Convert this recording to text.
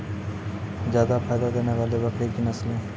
जादा फायदा देने वाले बकरी की नसले?